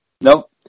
Nope